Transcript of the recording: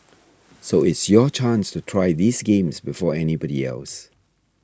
so it's your chance to try these games before anybody else